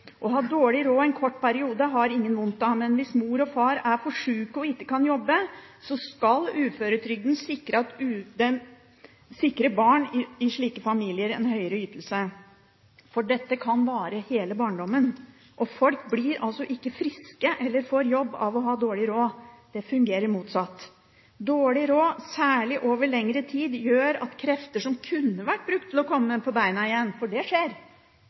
Å ha dårlig råd en kort periode har ingen vondt av, men hvis mor og far er for syke og ikke kan jobbe, skal uføretrygden sikre barn i slike familier en høyere ytelse, for dette kan vare hele barndommen. Folk blir ikke friske eller får jobb av å ha dårlig råd, det fungerer motsatt. Dårlig råd, særlig over lengre tid, gjør at krefter som kunne vært brukt til å komme på bena igjen – for det skjer